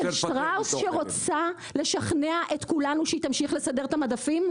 שטראוס שרוצה לשכנע את כולנו שהיא תמשיך לסדר את המדפים?